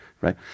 right